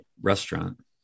restaurant